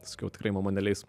sakiau tikrai mama neleis